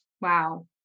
Wow